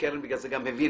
וקרן בגלל זה גם הבינה.